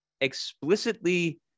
explicitly